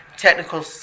technical